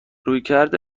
رویکرد